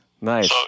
Nice